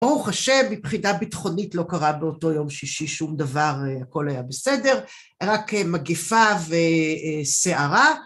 ברוך ה' מבחינה ביטחונית לא קרה באותו יום שישי שום דבר, הכל היה בסדר, רק מגיפה וסערה